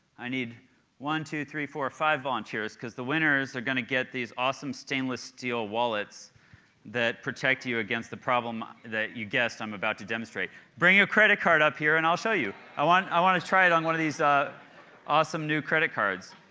i need one, two, three, four, five volunteers because the winners are going to get these awesome stainless steel wallets that protect you you against the problem that you guessed, i'm about to demonstrate. bring your credit card up here and i'll show you. i want i want to try it on one of these ah awesome new credit cards.